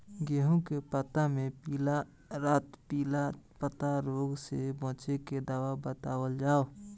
गेहूँ के पता मे पिला रातपिला पतारोग से बचें के दवा बतावल जाव?